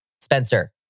Spencer